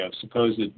supposed